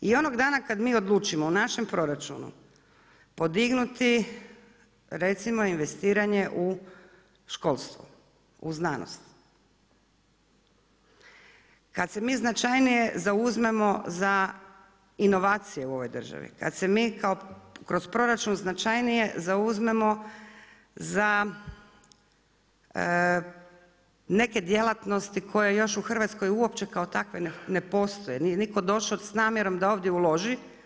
I onog dana kada mi odlučimo u našem proračunu podignuti recimo investiranje u školstvo, u znanost, kad se mi značajnije zauzmemo za inovacije u ovoj državi, kad se mi kroz proračun značajnije zauzmemo za neke djelatnosti koje još u Hrvatskoj uopće kao takve ne postoje, nije nitko došao s namjerom da ovdje uloži.